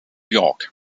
york